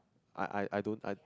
I I I don't I don't